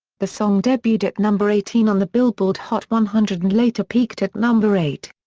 the song debuted at number eighteen on the billboard hot one hundred and later peaked at number eight.